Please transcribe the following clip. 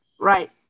Right